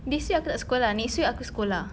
this week aku tak sekolah next week aku sekolah